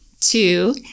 two